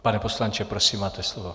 Pane poslanče, prosím, máte slovo.